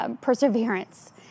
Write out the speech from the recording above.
perseverance